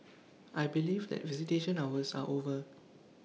I believe that visitation hours are over